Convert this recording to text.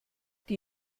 die